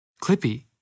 Clippy